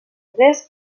tres